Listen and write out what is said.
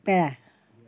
পেৰা